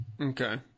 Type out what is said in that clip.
Okay